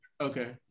Okay